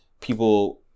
people